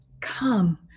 come